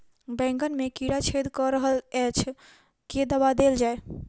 बैंगन मे कीड़ा छेद कऽ रहल एछ केँ दवा देल जाएँ?